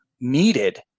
needed